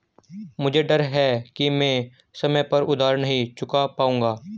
मुझे डर है कि मैं समय पर उधार नहीं चुका पाऊंगा